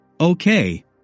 Okay